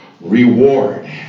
Reward